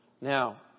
Now